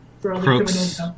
crooks